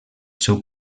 seu